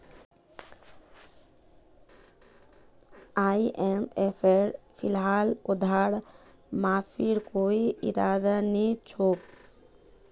आईएमएफेर फिलहाल उधार माफीर कोई इरादा नी छोक